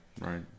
Right